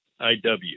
IW